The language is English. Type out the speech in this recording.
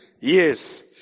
Yes